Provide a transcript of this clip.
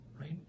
right